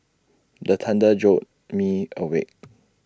the thunder jolt me awake